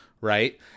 right